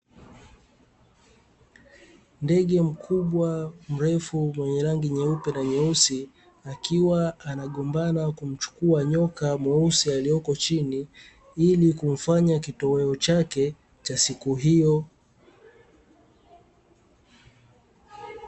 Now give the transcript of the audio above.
Ndege mkubwa mrefu mwenye rangi nyeupe na nyeusi, akiwa anagombana kumchukua nyoka mweusi alioko chini, ili kumfanya kitoweo chake cha siku hiyo.